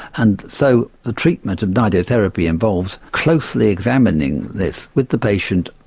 and so the treatment of nidotherapy involves closely examining this with the patient,